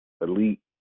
elite